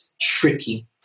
tricky